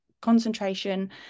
concentration